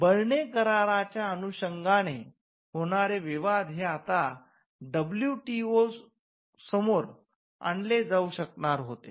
Berne कराराच्या अनुषंगाने होणारे विवाद हे आता डब्ल्यूटीओसमोर आणले जाऊ शकणार होते